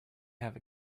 have